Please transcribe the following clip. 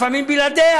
לפעמים בלעדיה,